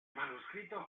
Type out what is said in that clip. manuscrito